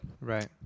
right